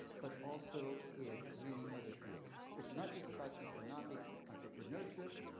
but also in many other fields. it's not just about economic entrepreneurship,